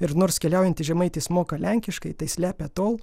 ir nors keliaujantis žemaitis moka lenkiškai tai slepia tol